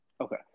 Okay